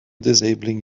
disabling